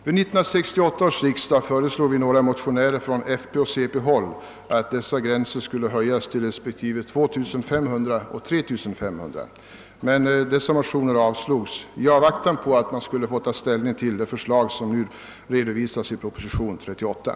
Vid 1968 års riksdag föreslog jag och några andra motionärer från folkpartiet och centerpartiet att dessa gränser skulle höjas till respektive 2 500 kronor och 3500 kronor. Dessa motioner avslogs emellertid i avvaktan på ett ställningstagande till de förslag som nu framlagts i propositionen 38.